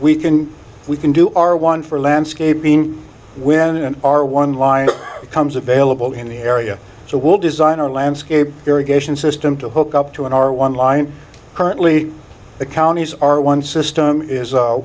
we can we can do our one for landscaping when our one line becomes available in the area so we'll design a landscape irrigation system to hook up to an r one line currently the counties are one system is